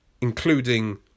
including